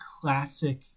classic